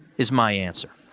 is my answer.